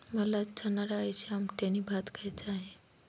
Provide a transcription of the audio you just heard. मला चणाडाळीची आमटी आणि भात खायचा आहे